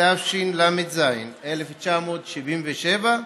התשל"ז 1977,